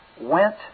went